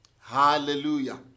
Hallelujah